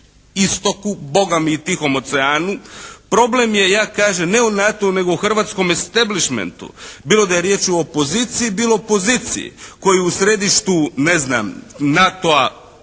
Istoku, Bogami i Tihom oceanu. Problem je ja kažem, ne u NATO-u nego u hrvatskome stablishmentu, bilo da je riječ o opoziciji, bilo poziciji, koji u središtu, ne znam, NATO-a